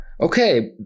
Okay